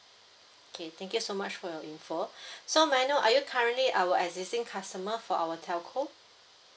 okay thank you so much for your info so may I know are you currently our existing customer for our telco